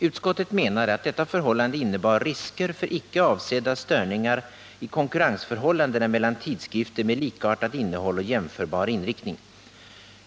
Utskottet menade att detta förhållande innebar ”risker för icke avsedda störningar i konkurrensförhållanden mellan tidskrifter med likartat innehåll och jämförbar inriktning”.